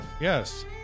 Yes